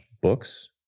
books